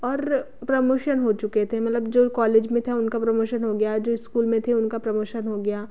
और प्रमोशन हो चुके थे मलब जो कॉलेज में थे उनका प्रमोशन हो गया जो इस्कूल में थे उनका प्रमोशन हो गया